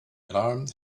alarm